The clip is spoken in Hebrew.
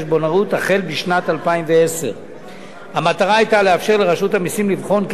החל בשנת 2010. המטרה היתה לאפשר לרשות המסים לבחון כיצד צריך